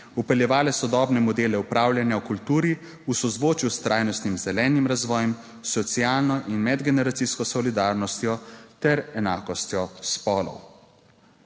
vpeljevale sodobne modele upravljanja v kulturi v sozvočju s trajnostnim zelenim razvojem, socialno in medgeneracijsko solidarnostjo ter enakostjo spolov.